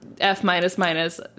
F-minus-minus